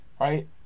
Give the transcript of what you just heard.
Right